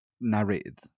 narrated